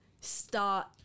start